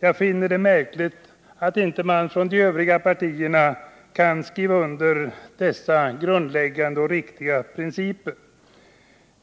Jag finner det märkligt att man inte från de övriga partierna kan skriva under dessa grundläggande och viktiga principer.